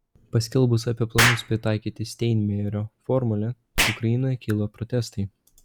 paskelbus apie planus pritaikyti steinmeierio formulę ukrainoje kilo protestai